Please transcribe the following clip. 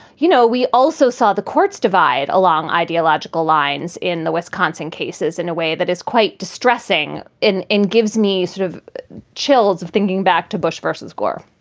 you know, we also saw the courts divide along ideological lines in the wisconsin cases in a way that is quite distressing in in gives me sort of chills of thinking back to bush versus gore